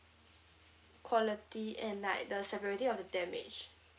quality and like the severity of the damage